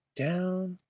down,